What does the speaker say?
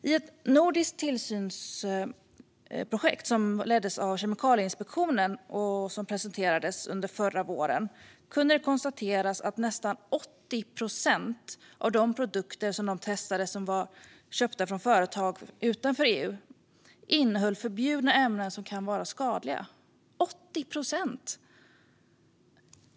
I ett nordiskt tillsynsprojekt lett av Kemikalieinspektionen som presenterades under förra våren kunde det konstateras att nästan 80 procent av de produkter som testades och som var köpta från företag utanför EU innehöll förbjudna ämnen som kan vara skadliga - 80 procent!